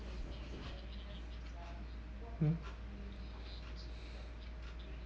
mm